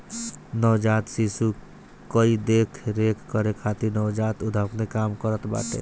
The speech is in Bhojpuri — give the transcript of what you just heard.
नवजात शिशु कअ देख रेख करे खातिर नवजात उद्यमिता काम करत बाटे